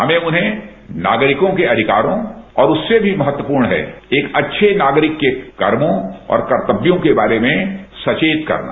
हमें उन्हें नागरिकों के अधिकारों और उससे भी महत्वपूर्ण है एक अच्छे नागरिक कर्मो और कर्तव्यों के बारे में सचेत करना